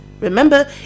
Remember